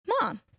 mom